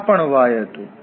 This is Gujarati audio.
આ પણ y હતું